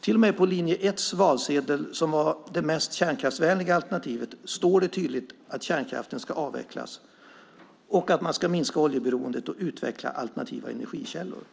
Till och med på valsedeln för linje 1, som var det mest kärnkraftsvänliga alternativet, står det tydligt att kärnkraften ska avvecklas och att man ska minska oljeberoendet och utveckla alternativa energikällor.